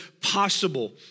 possible